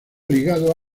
ligado